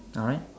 alright